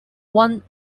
one